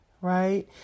right